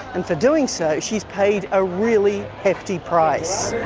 and for doing so she has paid a really hefty price.